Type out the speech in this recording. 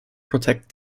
protect